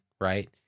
right